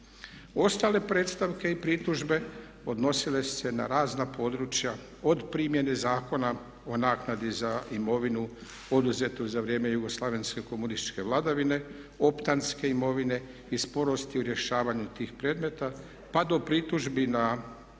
Ostale predstavke i pritužbe odnosile su se na razna područja od primjene zakona o naknadi za imovinu oduzetu za vrijeme jugoslavenske komunističke vladavine, optanske imovine i sporosti u rješavanju tih predmeta, pa do pritužbi na